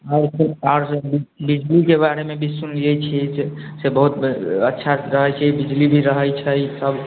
बिजलीके बारेमे भी सुनले छिए से बहुत अच्छा रहै छै बिजली भी रहै छै सब